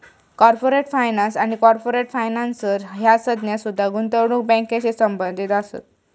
corporate finance आणि corporate financier ह्या संज्ञा सुद्धा गुंतवणूक बँकिंगशी संबंधित असत